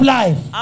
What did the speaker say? life